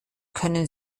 können